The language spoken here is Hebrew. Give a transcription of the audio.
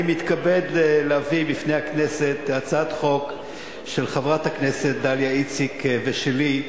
אני מתכבד להביא בפני הכנסת הצעת חוק של חברת הכנסת דליה איציק ושלי,